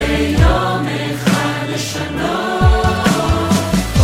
ביום אחד לשנות